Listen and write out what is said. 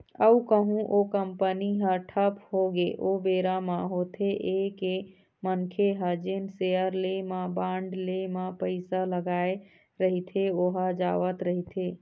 अउ कहूँ ओ कंपनी ह ठप होगे ओ बेरा म होथे ये के मनखे ह जेन सेयर ले म या बांड ले म पइसा लगाय रहिथे ओहा जावत रहिथे